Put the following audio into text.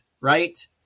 right